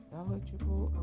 eligible